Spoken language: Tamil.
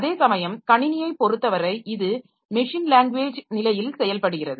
அதேசமயம் கணினியைப் பொறுத்தவரை இது மெஷின் லேங்குவேஜ் நிலையில் செயல்படுகிறது